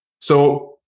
So-